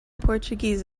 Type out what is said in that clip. portuguese